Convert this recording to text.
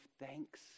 thanks